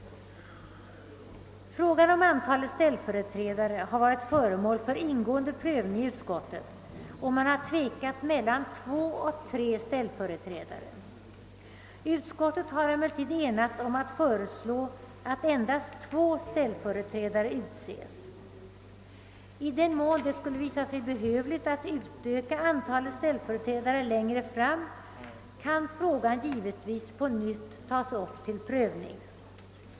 Frågan om antalet ställföreträdare har varit föremål för ingående prövning i utskottet. Man har tvekat mellan två eller tre ställföreträdare. Utskottet har emellertid enats om att föreslå att endast två ställföreträdare utses. I den mån det skulle visa sig behövligt att utöka antalet ställföreträdare längre fram kan frågan givetvis på nytt tas upp till prövning.